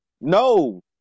no